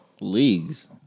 leagues